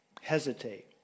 hesitate